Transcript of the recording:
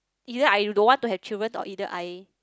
either I you don't want to have children or either I